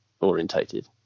orientated